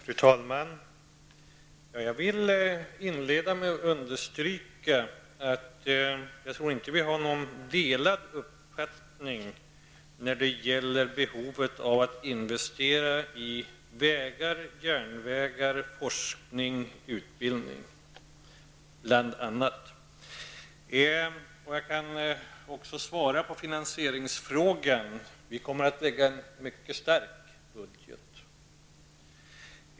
Fru talman! Jag vill inleda med att understryka att jag inte tror att vi har delade meningar när det gäller behoven av att investera i bl.a. vägar, järnvägar, forskning och utbildning. Jag kan också svara på frågan om finansieringen. Vi kommer att lägga fram en mycket stark budget.